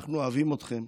אנחנו אוהבים אתכם.